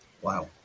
Wow